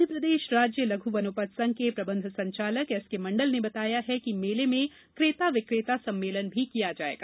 मध्यप्रदेश राज्य लघु वनोपज संघ के प्रबंध संचालक एसके मंडल ने बताया है कि मेले में क्रेता विक्रेता सम्मेलन किया जायेगा